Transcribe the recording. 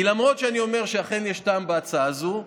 כי למרות שאני אומר שאכן יש טעם בהצעה הזו,